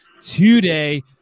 today